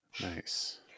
Nice